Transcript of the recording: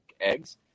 eggs